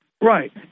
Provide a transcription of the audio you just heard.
Right